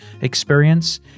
experience